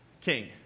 king